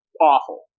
awful